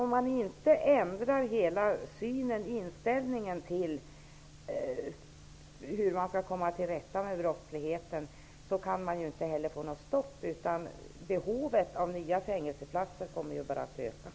Om man inte får en totalt ändrad inställning när det gäller sättet att komma till rätta med brottsligheten går det inte att få ett stopp på det här. Behovet av nya fängelseplaster blir i stället allt större.